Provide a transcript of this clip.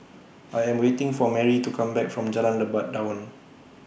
I Am waiting For Merrie to Come Back from Jalan Lebat Daun